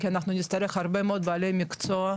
כי אנחנו נצטרך הרבה מאוד בעלי מקצוע,